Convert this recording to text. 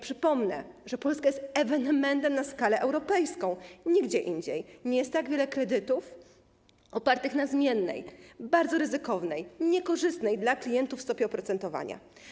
Przypomnę, że Polska jest w tym zakresie ewenementem na skalę europejską - nigdzie indziej nie jest tak wiele kredytów opartych na zmiennej, bardzo ryzykownej, niekorzystnej dla klientów stopie oprocentowania.